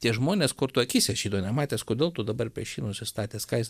tie žmonės kur tu akyse žydo nematęs kodėl tu dabar prieš jį nusistatęs ką jis